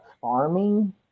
farming